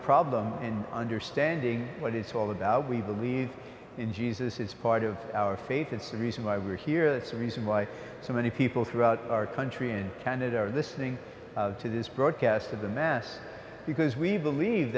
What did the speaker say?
problem in understanding what it's all about we believe in jesus it's part of our faith that's the reason why we're here that's the reason why so many people throughout our country and canada are listening to this broadcast of the mess because we believe